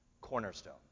cornerstone